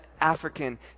African